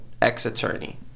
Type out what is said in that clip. Ex-attorney